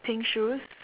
pink shoes